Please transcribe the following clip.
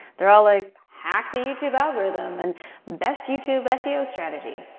they're all like, hack the youtube algorithm and best youtube seo strategy!